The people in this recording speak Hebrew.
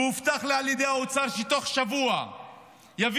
והובטח לי על ידי האוצר שתוך שבוע יביאו